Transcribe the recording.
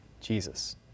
Jesus